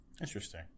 Interesting